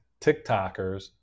TikTokers